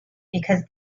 because